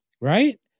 right